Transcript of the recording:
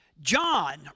John